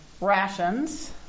rations